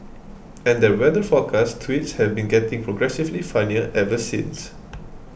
and their weather forecast tweets have been getting progressively funnier ever since